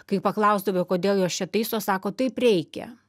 kai paklausdavai o kodėl jos čia taiso sako taip reikia